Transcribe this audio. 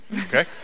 Okay